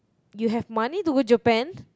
you have money to go Japan